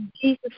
Jesus